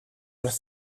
els